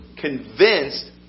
convinced